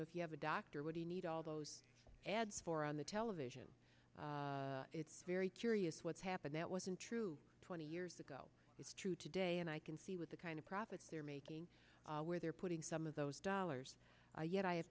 know if you have a doctor what do you need all those ads for on the television it's very curious what's happened that wasn't true twenty years ago it's true today and i can see with the kind of profits they're making where they're putting some of those dollars yet i